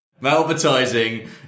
Malvertising